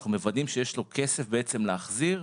אנחנו מוודאים שיש לו כסף בעצם להחזיר,